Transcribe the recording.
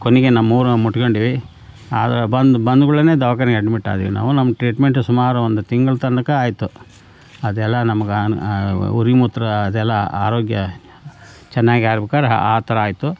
ಕೊನೆಗೆ ನಮ್ಮ ಊರನ್ನ ಮುಟ್ಕೊಂಡ್ವಿ ಆದ್ರೆ ಬಂದು ಬಂದು ಕೂಡಲೆ ದವಾಖಾನೆಗೆ ಅಡ್ಮಿಟ್ ಆದ್ವಿ ನಾವು ನಮ್ಗೆ ಟ್ರೀಟ್ಮೆಂಟ್ ಸುಮಾರು ಒಂದು ತಿಂಗ್ಳು ತನಕ ಆಯಿತು ಅದೆಲ್ಲ ನಮ್ಗೆ ಉರಿಮೂತ್ರ ಅದೆಲ್ಲ ಆರೋಗ್ಯ ಚೆನ್ನಾಗಿ ಆಗಬೇಕಾದ್ರೆ ಆ ಥರ ಆಯಿತು